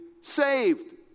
saved